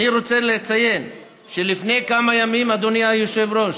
אדוני היושב-ראש,